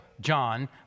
John